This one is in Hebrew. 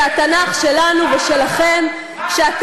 זה התנ"ך שלנו ושלכם, מה ההחלטה?